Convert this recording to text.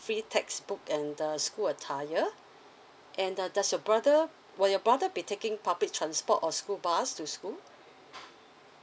free textbook and the school attire and uh does your brother will you brother be taking public transport or school bus to school